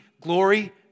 glory